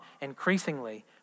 increasingly